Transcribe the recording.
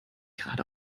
gerade